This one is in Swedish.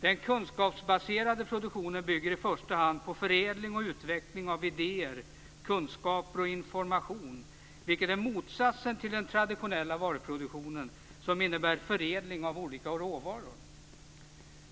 Den kunskapsbaserade produktionen bygger i första hand på förädling och utveckling av idéer, kunskaper och information, vilket är motsatsen till den traditionella varuproduktionen, som innebär förädling av olika råvaror.